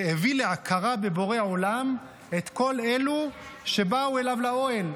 הביא להכרה בבורא עולם את כל אלו שבאו אליו לאוהל.